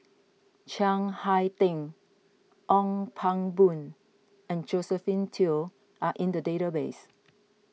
Chiang Hai Ding Ong Pang Boon and Josephine Teo are in the database